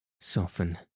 soften